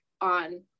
on